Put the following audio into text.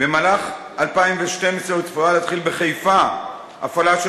במהלך 2012 צפויה להתחיל בחיפה הפעלה של